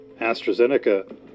AstraZeneca